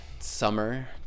summer